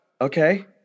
Okay